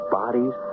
bodies